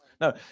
No